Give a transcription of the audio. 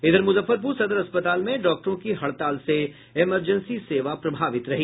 इधर मुजफ्फरपुर सदर अस्पताल में डॉक्टरों की हड़ताल से इमरजेंसी सेवा प्रभावित रही